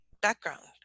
background